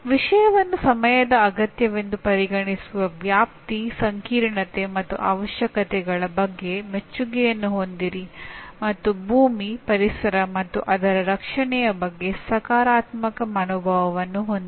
ವಿಷಯವನ್ನು ಸಮಯದ ಅಗತ್ಯವೆಂದು ಪರಿಗಣಿಸುವ ವ್ಯಾಪ್ತಿ ಸಂಕೀರ್ಣತೆ ಮತ್ತು ಅವಶ್ಯಕತೆಗಳ ಬಗ್ಗೆ ಮೆಚ್ಚುಗೆಯನ್ನು ಹೊಂದಿರಿ ಮತ್ತು ಭೂಮಿ ಪರಿಸರ ಮತ್ತು ಅದರ ರಕ್ಷಣೆಯ ಬಗ್ಗೆ ಸಕಾರಾತ್ಮಕ ಮನೋಭಾವವನ್ನು ಹೊಂದಿರಿ